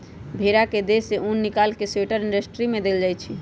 भेड़ा के देह से उन् निकाल कऽ स्वेटर इंडस्ट्री में देल जाइ छइ